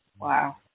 Wow